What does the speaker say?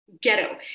ghetto